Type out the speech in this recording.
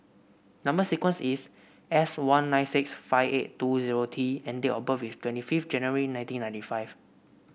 number sequence is S one nine six five eight two zero T and date of birth is twenty five January nineteen ninety five